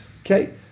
Okay